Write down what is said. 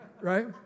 right